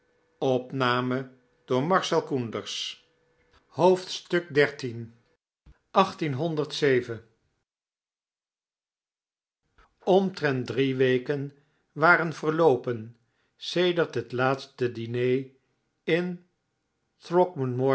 omtrent drie weken waren verloopen sedert het laatste diner in